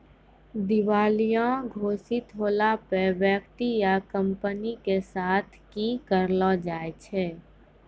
दिबालिया घोषित होला पे व्यक्ति या कंपनी के साथ कि करलो जाय छै?